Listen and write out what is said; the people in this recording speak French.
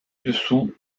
dessous